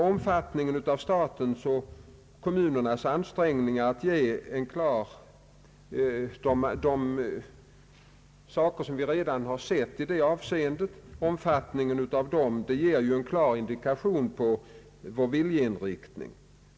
Omfattningen av statens och kommunernas ansträngningar i detta avseende, som vi redan har sett, ger en klar indikation på vår viljeinriktning.